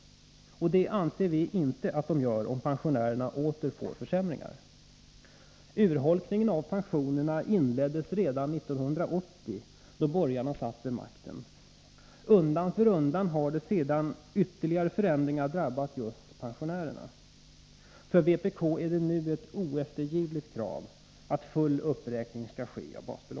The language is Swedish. Det anser vi inte att de gör, om pensionärerna åter får försämringar. Urholkningen av pensionerna inleddes redan 1980, då borgarna satt vid makten. Undan för undan har sedan ytterligare försämringar drabbat just pensionärerna. För vpk är det nu ett oeftergivligt krav att full uppräkning av basbeloppet skall ske.